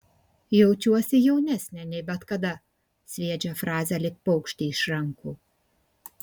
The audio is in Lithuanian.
jaučiuosi jaunesnė nei bet kada sviedžia frazę lyg paukštį iš rankų